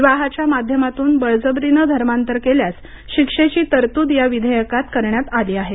विवाहाच्या माध्यमातून बळजबरीनं धर्मांतर केल्यास शिक्षेची तरतूद या विधेयकात करण्यात आली आहे